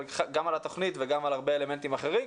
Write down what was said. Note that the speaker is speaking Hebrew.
גם על התוכנית וגם על הרבה אלמנטים אחרים.